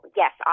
yes